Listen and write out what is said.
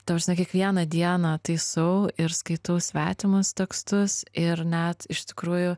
ta prasme kiekvieną dieną taisau ir skaitau svetimus tekstus ir net iš tikrųjų